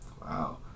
Wow